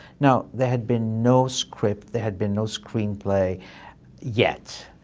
now, there had been no script, there had been no screenplay yet.